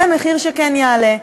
זה המחיר שכן יעלה.